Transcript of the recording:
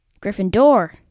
Gryffindor